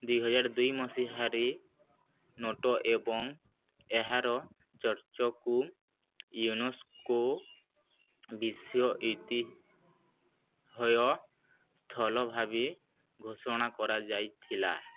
ଦୁଇହଜାର ଦୁଇ ମସିହାରେ ନୋଟୋ ଏବଂ ଏହାର ଚର୍ଚ୍ଚକୁ ୟୁନେସ୍କୋ ବିଶ୍ୱ ଐତିହ୍ୟସ୍ଥଳ ଭାବେ ଘୋଷଣା କରାଯାଇଥିଲା